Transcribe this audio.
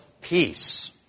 peace